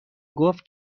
گفت